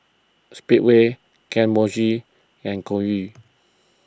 Speedway Kane Mochi and Hoyu